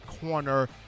corner